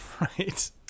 right